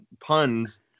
puns